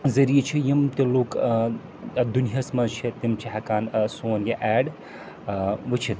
ذٔریعہٕ چھِ یِم تہِ لوٗکھ ٲں ٲں دُنیاہَس منٛز چھِ تِم چھِ ہیٚکان ٲں سون یہِ ایڈ ٲں وُچھِتھ